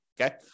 okay